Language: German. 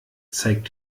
zeigt